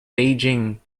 beijing